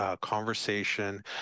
conversation